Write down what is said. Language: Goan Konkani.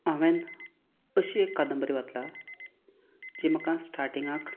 हांवें अशी एक कादंबरी वाचल्या जी म्हाका स्टार्टींगाक